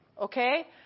okay